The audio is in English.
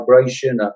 vibration